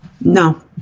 No